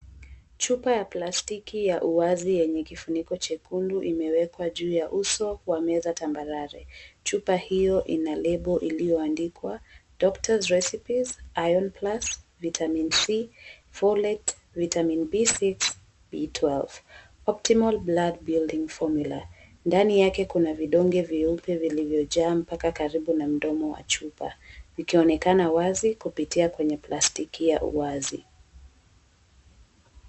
Chupa ya plastiki ya uwazi yenye kifuniko chekundu imewekwa juu ya uso wa meza tambarare. Chupa hiyo ina lebo iliyoandikwa Doctor Receipies Iron Plus Vitamin C Follett Vitamin B6 B12 Optimal Blood Building Formular. Ndani yake kuna vidonge vyeupe vilivyojaa mpaka karibu na mdomo wa chupa, ikionekana wazi kupitia kwenye plastiki ya uwazi.